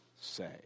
say